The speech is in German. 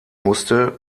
musste